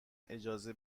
اجازه